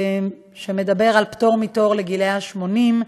שמדבר על פטור מתור לגילאי 80,